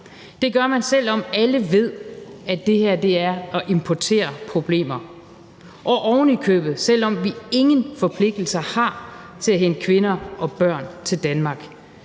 Det gør man, selv om alle ved, at det her er at importere problemer, og oven i købet selv om vi ingen forpligtelser har til at hente kvinder og børn til Danmark.